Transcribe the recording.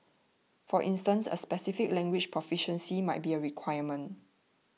for instance a specific language proficiency might be a requirement